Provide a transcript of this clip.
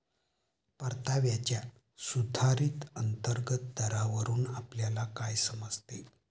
परताव्याच्या सुधारित अंतर्गत दरावरून आपल्याला काय समजते?